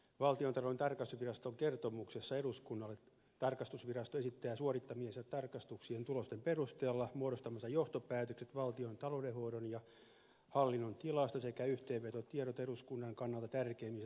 valtiontalouden tarkastusviraston kertomuksessa eduskunnalle tarkastusvirasto esittää suorittamiensa tarkastuksien tulosten perusteella muodostamansa johtopäätökset valtion taloudenhoidon ja hallinnon tilasta sekä yhteenvetotiedot eduskunnan kannalta tärkeimmistä tarkastushavainnoista